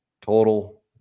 total